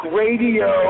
radio